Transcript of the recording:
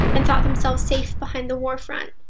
and thought themselves safe behind the war front.